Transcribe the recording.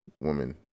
woman